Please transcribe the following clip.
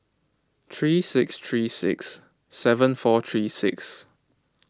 three six three six seven four three six